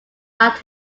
out